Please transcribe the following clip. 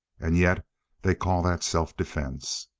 and yet they call that self-defense.